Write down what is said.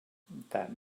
that